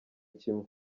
kimwe